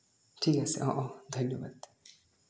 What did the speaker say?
ঠিক আছে অঁ অঁ ধন্যবাদ